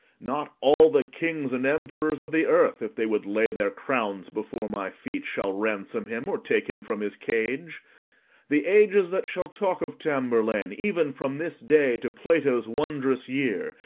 not all the kings and emperors of the earth, if they would lay their crowne before my feet, shall ransom him, or take him from his cage the ages that shall talk of tamburlaine, even from this day to plato's wondrous year,